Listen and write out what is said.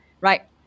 right